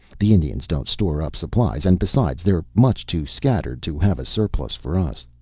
the indians don't store up supplies, and, besides, they're much too scattered to have a surplus for us.